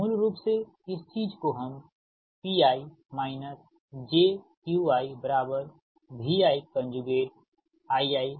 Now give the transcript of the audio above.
तो मूल रूप से इस चीज़ को हम Pi jQiVi Ii लिख सकते हैं